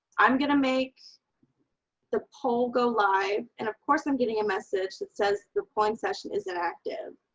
i'm going to make the poll go live. and of course i'm getting a message that says the polling session is enactive.